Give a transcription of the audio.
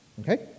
okay